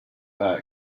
back